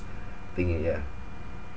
think it yeah